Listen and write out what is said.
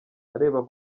areba